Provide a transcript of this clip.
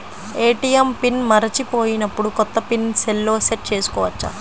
ATM pin మరచిపోయినప్పుడు, కొత్త pin సెల్లో సెట్ చేసుకోవచ్చా?